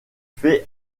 fait